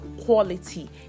quality